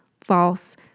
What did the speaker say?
false